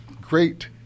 great